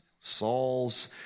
Saul's